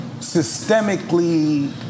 systemically